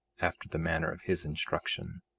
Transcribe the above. after the manner of his instruction.